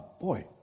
boy